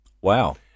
Wow